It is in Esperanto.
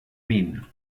min